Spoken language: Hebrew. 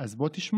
אז בוא תשמע.